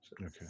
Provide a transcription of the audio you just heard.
okay